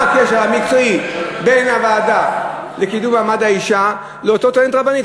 מה הקשר המקצועי בין הוועדה לקידום מעמד האישה לאותה טוענת רבנית?